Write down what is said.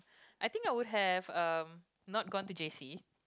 I think I would have um not gone to J_C